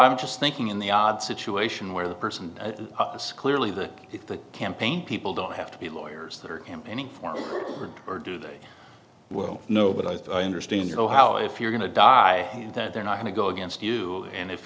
i'm just thinking in the odd situation where the person clearly that if the campaign people don't have to be lawyers that are campaigning for me or do they know but i understand you know how if you're going to die and that they're not going to go against you and if